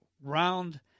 round